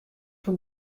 hoe